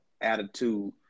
attitude